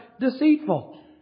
deceitful